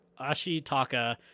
Ashitaka